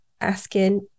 asking